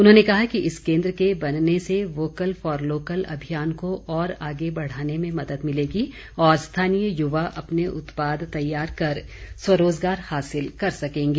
उन्होंने कहा कि इस केंद्र के बनने से वोकल फॉर लोकल अभियान को आगे बढ़ाने में मदद मिलेगी और स्थानीय युवा अपने उत्पाद तैयार कर स्वरोजगार हासिल कर सकेंगे